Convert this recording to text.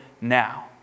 now